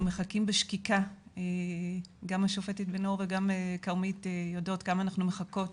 מחכים בשקיקה-גם השופטת בן אור וגם כרמית יודעות כמה אנחנו מחכות